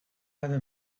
other